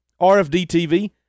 RFD-TV